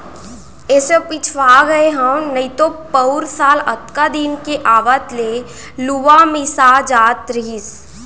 एसो पिछवा गए हँव नइतो पउर साल अतका दिन के आवत ले लुवा मिसा जात रहिस